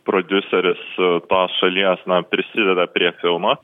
prodiuseris tos šalies na prisideda prie filmo